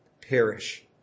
perish